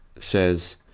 says